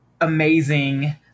amazing